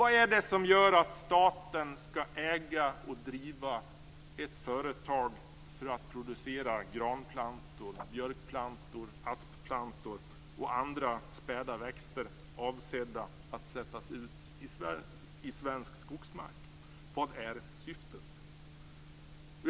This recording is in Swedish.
Vad är det som gör att staten skall äga och driva ett företag för att producera granplantor, björkplantor, askplantor och andra späda växter avsedda att sättas ut i Sverige i svensk skogsmark? Vad är syftet?